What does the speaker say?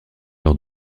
lors